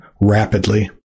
rapidly